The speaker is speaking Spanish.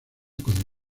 con